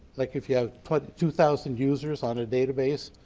like if you have but two thousand users on a database,